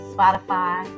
Spotify